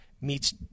meets